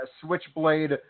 Switchblade